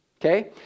Okay